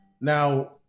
Now